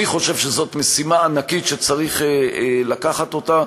אני חושב שזאת משימה ענקית, שצריך לקחת אותה.